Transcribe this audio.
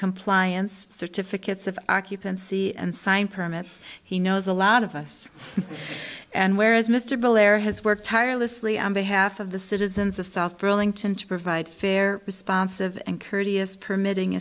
compliance certificates of occupancy and sign permits he knows a lot of us and whereas mr blair has worked tirelessly on behalf of the citizens of south burlington to provide fair responsive and courteous permitting